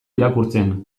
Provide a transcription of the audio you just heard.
irakurtzen